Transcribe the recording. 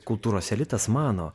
kultūros elitas mano